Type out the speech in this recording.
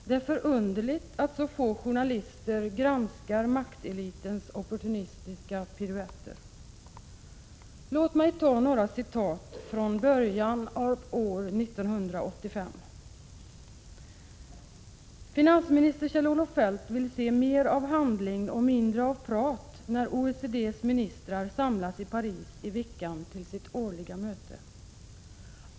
Det är förunderligt att så få journalister granskar maktelitens opportunistiska piruetter. Låt mig återge några uttalanden från början av år 1985. 1. Finansminister Kjell-Olof Feldt vill se mer av handling och mindre av prat när OECD:s ministrar samlas i Paris i veckan till sitt årliga möte.